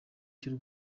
cy’u